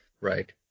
Right